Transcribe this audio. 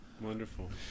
Wonderful